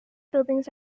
buildings